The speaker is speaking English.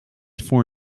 for